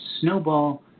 Snowball